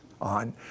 on